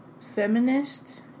feminist